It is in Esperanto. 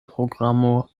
programo